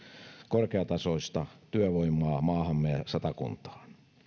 korkeatasoista työvoimaa maahamme ja satakuntaan